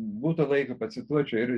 būtų laiko pacituočiau ir